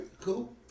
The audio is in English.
cool